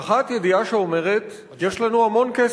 האחת ידיעה שאומרת: יש לנו המון כסף.